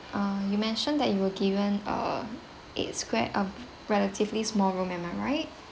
uh you mentioned that you were given a eight square uh relatively small room am I right